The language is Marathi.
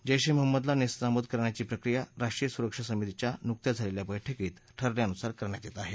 जैश ए महम्मदला नेस्तनाबूत करण्याची प्रक्रिया राष्ट्रीय सुरक्षा समितीच्या नुकत्याच झालेल्या बैठकीत ठरल्यानुसार करण्यात येत आहेत